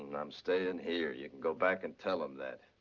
and i'm staying here. yeah go back and tell him that.